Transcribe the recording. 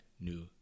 new